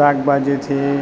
શાકભાજીથી